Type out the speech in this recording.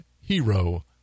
hero